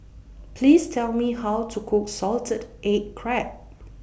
Please Tell Me How to Cook Salted Egg Crab